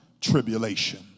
tribulation